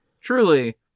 truly